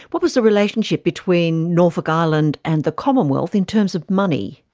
what was the relationship between norfolk island and the commonwealth in terms of money?